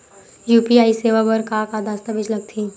UPI सेवा बर का का दस्तावेज लगथे?